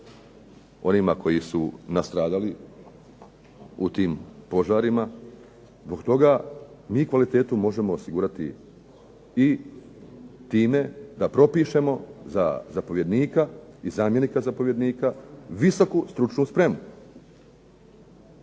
onima koji su nastradali u tim požarima. Zbog toga mi kvalitetu možemo osigurati i time da propišemo za zapovjednika i zamjenika zapovjednika visoku stručnu spremu.